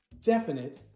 definite